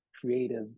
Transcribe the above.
creative